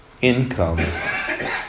income